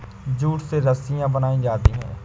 jute से रस्सियां बनायीं जाती है